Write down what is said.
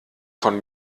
von